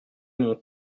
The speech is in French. mon